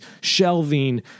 shelving